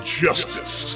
justice